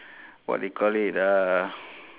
what they call it uh